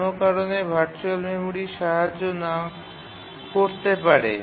কোনও কারণে virtual memory সাহায্য নাও করতে পারে